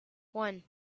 one